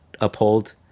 uphold